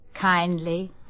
kindly